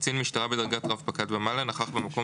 וקצין משטרה בדרגת רב פקד ומעלה נכח במקום